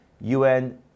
UN